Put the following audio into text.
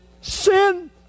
Sin